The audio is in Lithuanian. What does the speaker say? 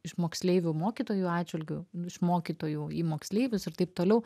iš moksleivių mokytojų atžvilgiu nu iš mokytojų į moksleivius ir taip toliau